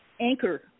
anchor